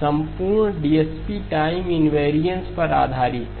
संपूर्ण DSP time invariance पर आधारित था